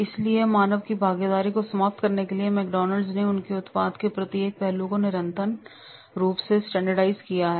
इसलिए मानव की भागीदारी को समाप्त करने के लिए मैकडॉनल्ड्स ने उनके उत्पाद के प्रत्येक पहलू को निरंतर रूप से स्टैंडर्डाइज किया है